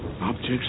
Objects